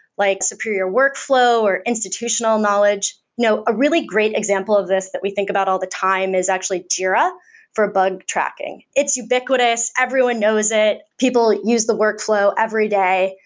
like superior workflow or institutional knowledge know. a really great example of this that we think about all the time is actually jira for bug tracking. it's ubiquitous. everyone knows it. people use the workflow every day.